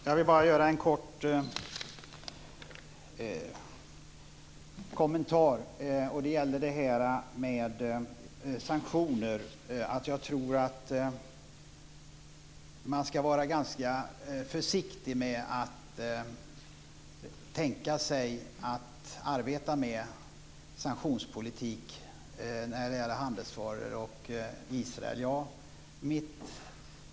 Fru talman! Jag vill bara göra en kort kommentar. Det gäller det här med sanktioner. Jag tror att man skall vara ganska försiktig med att tänka sig att arbeta med sanktionspolitik när det gäller handelsvaror och Israel.